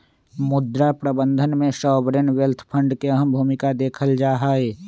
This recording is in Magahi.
मुद्रा प्रबन्धन में सॉवरेन वेल्थ फंड के अहम भूमिका देखल जाहई